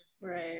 Right